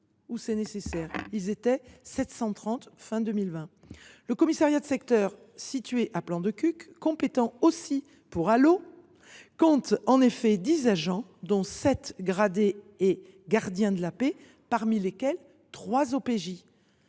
la fin de 2020. Le commissariat de secteur situé à Plan de Cuques, compétent aussi pour Allauch, compte en effet 10 agents, dont 7 gradés et gardiens de la paix, parmi lesquels se